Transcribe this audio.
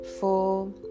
four